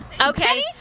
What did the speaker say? Okay